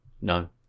No